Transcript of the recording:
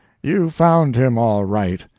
you found him all right.